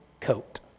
coat